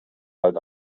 halt